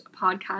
podcast